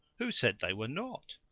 who said they were not?